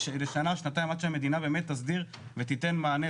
לשנה שנתיים, עד שהמדינה באמת תסדיר ותיתן מענה.